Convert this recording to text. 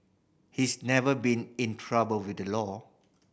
he's never been in trouble with the law